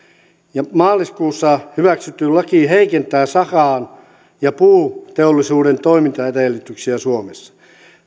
ja maaliskuussa hyväksytty laki heikentää sahan ja puuteollisuuden toimintaedellytyksiä suomessa